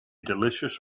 delicious